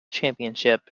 championship